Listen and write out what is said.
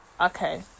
Okay